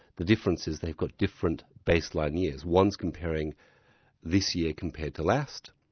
the difference is they've got different baseline years. one's comparing this year compared to last,